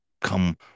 come